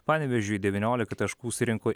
panevėžiui devyniolika taškų surinko